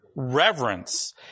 Reverence